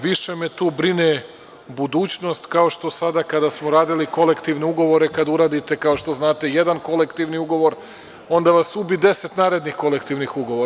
Više me tu brine budućnost, kao što sada kada smo radili kolektivne ugovore, kada uradite, kao što znate, jedan kolektivni ugovor onda vas ubi 10 narednih kolektivnih ugovora.